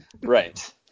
Right